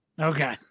Okay